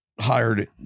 hired